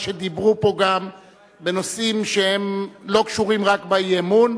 שדיברו פה בנושאים שלא קשורים רק באי-אמון,